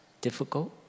Difficult